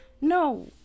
no